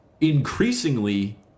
increasingly